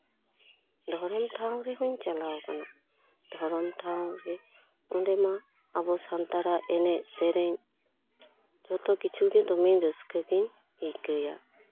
ᱫᱷᱚᱨᱚᱢ ᱴᱷᱟᱶ ᱨᱮᱦᱚᱧ ᱪᱟᱞᱟᱣ ᱠᱟᱱᱟ ᱫᱷᱚᱨᱚᱢ ᱴᱷᱟᱶ ᱨᱮ ᱚᱸᱰᱮ ᱢᱟ ᱟᱵᱚ ᱥᱟᱱᱛᱟᱲᱟᱜ ᱮᱱᱮᱡ ᱥᱮᱨᱮᱧ ᱡᱚᱛᱚ ᱠᱤᱪᱷᱩ ᱜᱮ ᱫᱚᱢᱮ ᱨᱟᱹᱥᱠᱟᱹ ᱜᱤᱧ ᱟᱹᱭᱠᱟᱹᱣᱟ